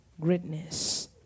greatness